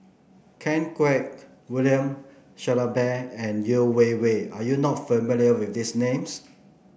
Ken Kwek William Shellabear and Yeo Wei Wei are you not familiar with these names